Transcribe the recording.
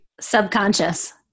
Subconscious